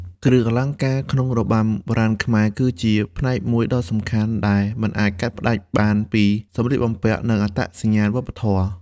គ្រឿងអលង្ការក្នុងរបាំបុរាណខ្មែរ គឺជាផ្នែកមួយដ៏សំខាន់ដែលមិនអាចកាត់ផ្ដាច់បានពីសម្លៀកបំពាក់ និងអត្តសញ្ញាណវប្បធម៌។